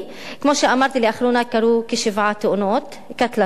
כמו שאמרתי, לאחרונה קרו כשבע תאונות קטלניות.